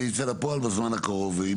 זה ייצא לפועל בזמן הקרוב.